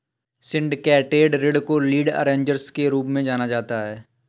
syndicated ऋण को lead arrangers के रूप में जाना जाता है